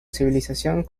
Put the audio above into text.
civilización